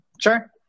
Sure